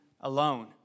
alone